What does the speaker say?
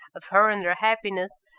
of her and her happiness,